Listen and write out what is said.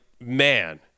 man